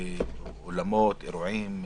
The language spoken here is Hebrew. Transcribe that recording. אולמות אירועים,